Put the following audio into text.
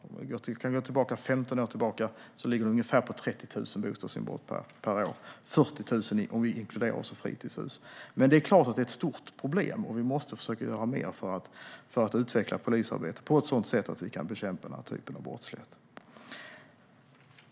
Om vi går ungefär 15 år tillbaka ligger det på ungefär 30 000 bostadsinbrott per år, 40 000 om vi också inkluderar fritidshus. Det är klart att det är ett stort problem. Vi måste försöka göra mer för att utveckla polisarbetet på ett sådant sätt att vi kan bekämpa den här typen av brottslighet.